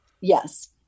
Yes